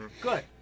Good